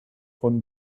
von